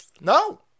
No